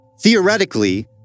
Theoretically